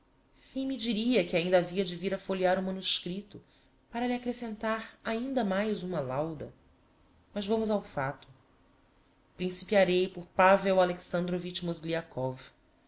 quem me diria que ainda havia de vir a folhear o manuscripto para lhe accrescentar ainda mais uma lauda mas vamos ao facto principiarei por pavel alexandrovitch mozgliakov